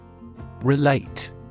Relate